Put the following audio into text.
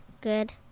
Good